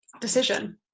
decision